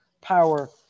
power